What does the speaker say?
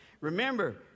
Remember